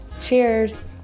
cheers